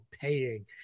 paying